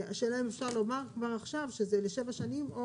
השאלה אם אפשר לומר כבר עכשיו שזה ל-7 שנים,